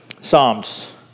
Psalms